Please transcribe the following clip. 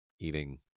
eating